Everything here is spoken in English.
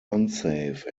unsafe